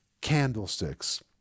candlesticks